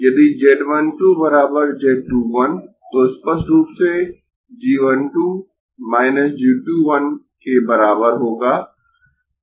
यदि z 1 2 z 2 1 तो स्पष्ट रूप से g 1 2 g 2 1 के बराबर होगा